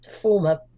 former